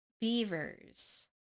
beavers